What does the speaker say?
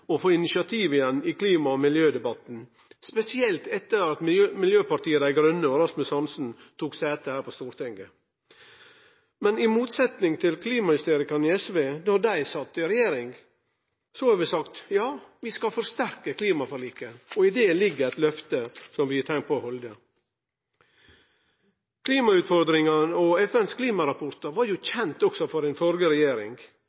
å få tatt initiativ igjen i klima- og miljødebatten, spesielt etter at Miljøpartiet Dei Grøne og Rasmus Hansson tok sete her på Stortinget. Men i motsetning til klimahysterikarane i SV, då dei sat i regjering, har vi sagt at ja, vi skal forsterke klimaforliket. I det ligg det eit løfte som vi har tenkt å halde. Klimautfordringane og FNs klimarapport var